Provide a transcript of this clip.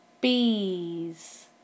bees